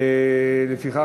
לפיכך,